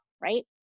right